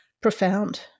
profound